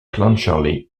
clancharlie